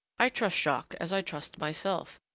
i trust jacques as i trust myself,